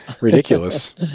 ridiculous